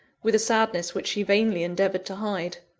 with a sadness which she vainly endeavoured to hide.